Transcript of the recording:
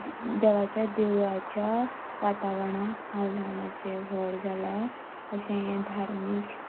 देवाच्या देवळाच्या वातावरणाक हांव ल्हानाचें व्हड जालां अशें हें धार्मीक